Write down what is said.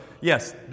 yes